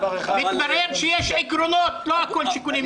מתברר שיש עקרונות, לא הכול שיקולים אלקטורליים.